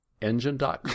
engine.com